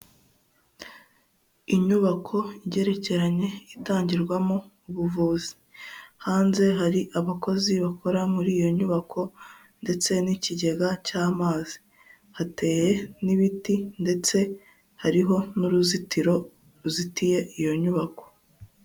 Inyubako igerekeranye itangirwamo ubuvuzi, hanze hari abakozi bakora muri iyo nyubako, ndetse n'ikigega cy'amazi hateye n'ibiti, ndetse hariho n'uruzitiro ruzitiye iyo nyubako.